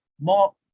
more